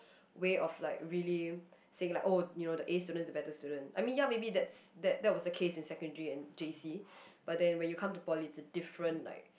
way of like really saying like oh you know the A students are better students I mean ya maybe that's that was the case in secondary and J_C but then when you come to poly it's different like